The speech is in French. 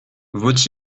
vaut